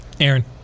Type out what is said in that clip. Aaron